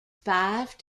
five